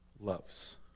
Loves